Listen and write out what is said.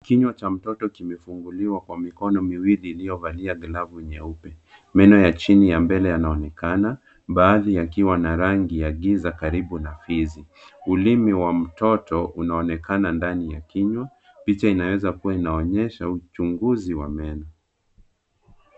Kinywa cha mtoto kimefunguliwa kwa mikono miwili iliovalia glavu nyeupe. Meno ya chini ya mbele yanaonekana, baadhi yakiwa na rangi ya giza karibu na fizi. Ulimi wa mtoto, unaonekana ndani ya kinywa, picha inaweza kuwa inaonyesha uchunguzi wa meno.